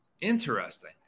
Interesting